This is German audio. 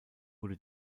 wurde